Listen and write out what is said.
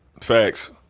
Facts